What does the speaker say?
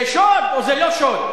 זה שוד או זה לא שוד?